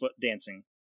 dancing